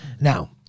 now